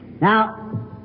Now